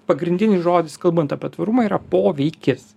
pagrindinis žodis kalbant apie tvarumą yra poveikis